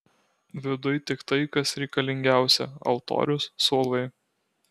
viduj tik tai kas reikalingiausia altorius suolai